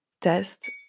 test